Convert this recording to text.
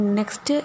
next